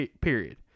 period